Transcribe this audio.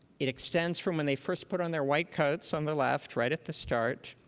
it extends from when they first put on their white coats on the left, right at the start,